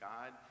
God